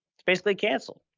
it's basically canceled.